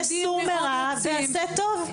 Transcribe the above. יש סור מרע ועשה טוב.